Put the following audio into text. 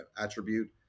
attribute